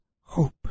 hope